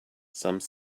some